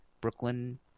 Brooklyn